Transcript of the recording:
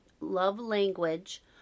language